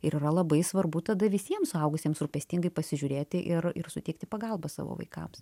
ir yra labai svarbu tada visiems suaugusiems rūpestingai pasižiūrėti ir ir suteikti pagalbą savo vaikams